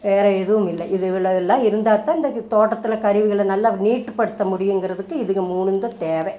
வேற எதுவும் இல்லை இதுவெல்லாம் இருந்தால்தான் இந்த தோட்டத்தில் கருவிகளை நல்லா நீட்டு படுத்த முடியுங்கிறதுக்கு இதுகள் மூணுந்தான் தேவை